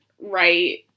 right